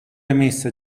emessa